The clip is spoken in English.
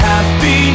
Happy